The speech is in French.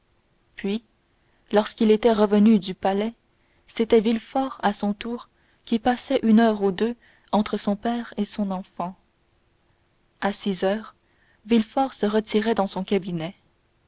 puis lorsqu'il était revenu du palais c'était villefort à son tour qui passait une heure ou deux entre son père et son enfant à six heures villefort se retirait dans son cabinet